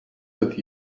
with